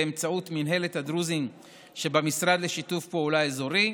באמצעות מינהלת הדרוזים שבמשרד לשיתוף פעולה אזורי,